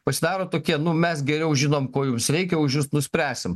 pasidaro tokie nu mes geriau žinom ko jums reikia už jus nuspręsim